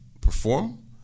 perform